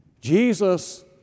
Jesus